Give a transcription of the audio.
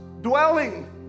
dwelling